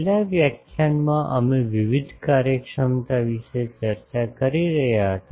છેલ્લા વ્યાખ્યાનમાં અમે વિવિધ કાર્યક્ષમતા વિશે ચર્ચા કરી રહ્યા હતા